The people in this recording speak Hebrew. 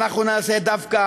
אנחנו נעשה דווקא,